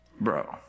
bro